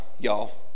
y'all